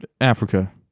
africa